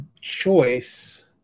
choice